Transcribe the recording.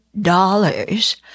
dollars